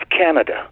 canada